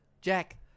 Jack